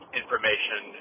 information